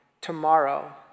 tomorrow